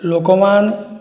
ଲୋକମାନେ